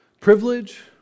privilege